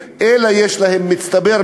אלא יש להם במצטבר,